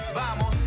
vamos